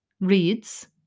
reads